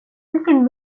vilken